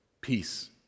peace